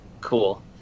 cool